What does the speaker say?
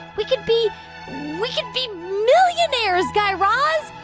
we could be we could be millionaires, guy raz,